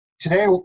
today